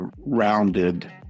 rounded